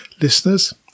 listeners